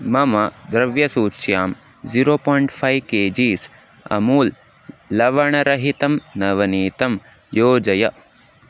मम द्रव्यसूच्यां zero point five kgs Amul लवणरहितं नवनीतं योजय